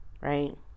right